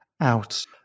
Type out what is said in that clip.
out